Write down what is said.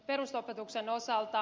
perusopetuksen osalta